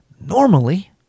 Normally